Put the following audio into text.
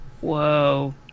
whoa